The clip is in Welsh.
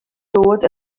dod